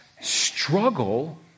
struggle